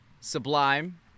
Sublime